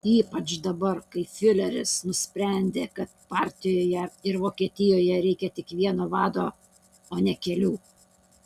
ypač dabar kai fiureris nusprendė kad partijoje ir vokietijoje reikia tik vieno vado o ne kelių